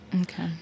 Okay